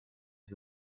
che